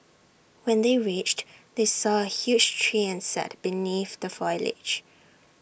when they reached they saw A huge tree and sat beneath the foliage